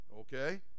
okay